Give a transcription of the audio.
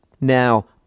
now